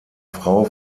frau